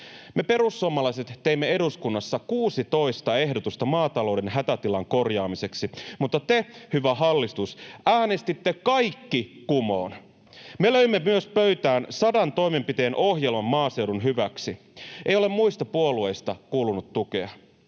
Me perussuomalaiset teimme eduskunnassa 16 ehdotusta maatalouden hätätilan korjaamiseksi, mutta te, hyvä hallitus, äänestitte kaikki kumoon. Me löimme myös pöytään sadan toimenpiteen ohjelman maaseudun hyväksi. Ei ole muista puolueista kuulunut tukea.